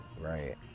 right